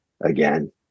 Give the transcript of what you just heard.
again